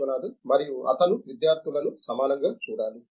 విశ్వనాథన్ మరియు అతను విద్యార్థులను సమానంగా చూడాలి